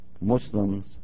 Muslims